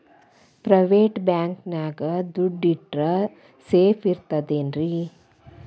Private bank ನ್ಯಾಗ್ ದುಡ್ಡ ಇಟ್ರ ಸೇಫ್ ಇರ್ತದೇನ್ರಿ?